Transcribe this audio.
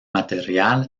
material